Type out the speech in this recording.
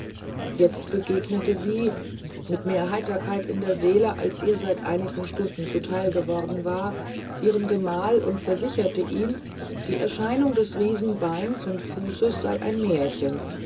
jetzt begegnete sie mit mehr heiterkeit der seele als ihr seit einigen stunden zu theil geworden war ihrem gemahl und versicherte ihn die erscheinung des riesenbeins und fußes sey ein mährchen